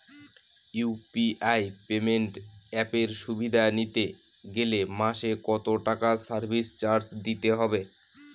UPI payment অ্যাপের সুবিধা নিতে গেলে মাসে কত টাকা সার্ভিস চার্জ দিতে হবে?